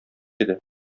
иде